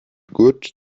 good